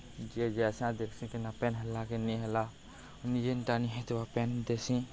ଯିଏ ଯାଏସି ଆର୍ ଦେଖ୍ସି କେନ ପାଏନ୍ ହେଲା କି ନି ହେଲା ନି ଜେନ୍ଟା ନି ହେଇଥିବା ପାଏନ୍ ଦେସି